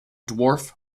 dwarf